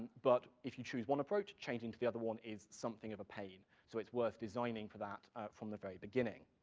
but if you choose one approach, changing to the other one is something of a pain, so it's worth designing for that from the very beginning.